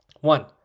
one